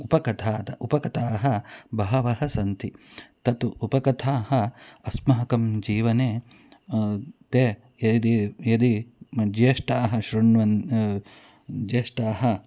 उपकथा तत्र उपकथाः बह्व्यः सन्ति तत्र उपकथाः अस्माकं जीवने ते यदि यदि ज्येष्ठाः शृण्वन्तः ज्येष्ठाः